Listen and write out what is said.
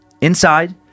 Inside